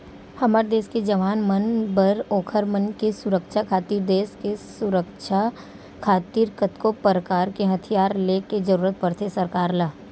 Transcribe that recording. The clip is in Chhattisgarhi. हमर देस के जवान मन बर ओखर मन के सुरक्छा खातिर देस के सुरक्छा खातिर कतको परकार के हथियार ले के जरुरत पड़थे सरकार ल